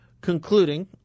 Concluding